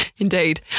Indeed